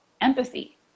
empathy